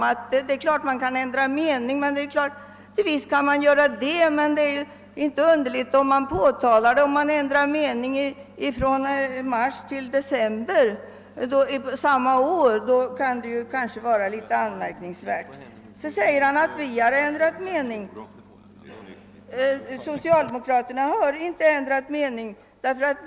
Visst kan man ändra mening, herr Romanus, men det är inte underligt att det påtalas om man ändrar mening från mars till december samma år. Det kan kanske tyckas anmärkningsvärt. Herr Romanus säger vidare att socialdemokraterna har ändrat mening. Det har vi inte gjort.